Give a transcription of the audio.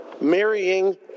marrying